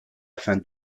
afin